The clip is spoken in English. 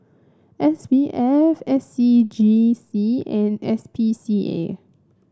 S B F S C G C and S P C A